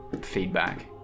feedback